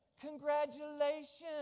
congratulations